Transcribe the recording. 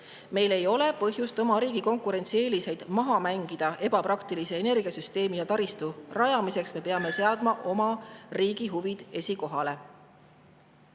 Meil ei ole põhjust oma riigi konkurentsieeliseid maha mängida ebapraktilise energiasüsteemi ja taristu rajamiseks. Me peame seadma oma riigi huvid esikohale.